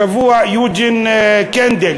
השבוע יוג'ין קנדל,